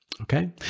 Okay